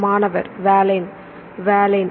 மாணவர் வாலைன் வாலைன்